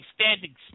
standing